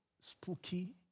spooky